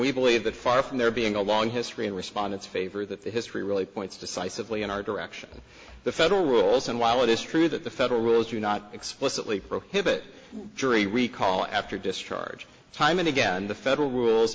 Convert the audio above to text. we believe that far from there being a long history in respondents favor that history really points decisively in our direction the federal rules and while it is true that the federal rules do not explicitly prohibit jury recall after discharge time and again the federal rules